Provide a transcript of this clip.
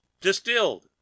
distilled